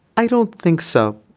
i don't think so.